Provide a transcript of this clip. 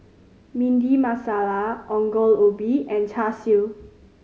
Bhindi Masala Ongol Ubi and Char Siu